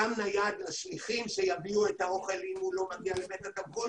גם נייד לשליחים שיביאו את האוכל אם הוא לא מגיע לבית התמחוי